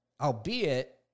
albeit